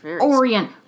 orient